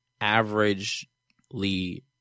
averagely